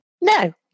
no